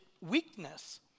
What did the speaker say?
weakness